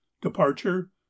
Departure